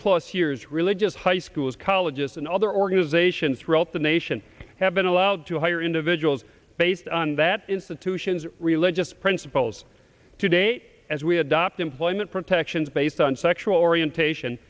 plus years religious high schools colleges and other organizations throughout the nation have been allowed to hire individuals based on that institutions religious principles to date as we adopt employment protections based on sexual orientation